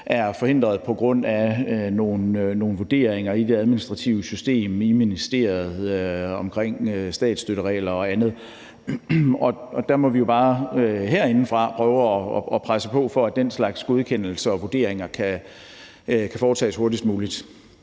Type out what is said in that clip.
møder forhindringer på grund af nogle vurderinger i det administrative system i ministeriet omkring statsstøtteregler og andet. Der må vi jo bare herindefra prøve at presse på for, at den slags godkendelser og vurderinger kan foretages hurtigst muligt.